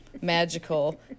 magical